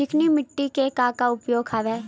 चिकनी माटी के का का उपयोग हवय?